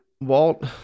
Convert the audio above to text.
Walt